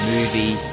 Movie